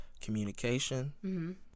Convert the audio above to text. communication